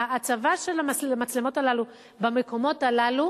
ההצבה של המצלמות הללו במקומות הללו